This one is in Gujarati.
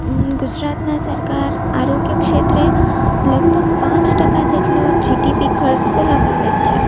ગુજરાતના સરકાર આરોગ્ય ક્ષેત્રે લગભગ પાંચ ટકા જેટલો જીટીપી ખર્ચ તો લગાવે જ છે